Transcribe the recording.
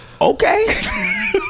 okay